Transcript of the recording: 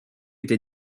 était